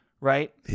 right